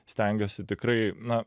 stengiuosi tikrai na